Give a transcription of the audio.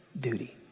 duty